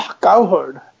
cowherd